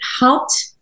helped